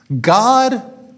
god